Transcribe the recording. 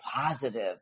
positive